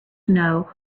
know